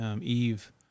Eve